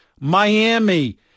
Miami